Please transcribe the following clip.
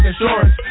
insurance